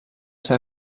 ser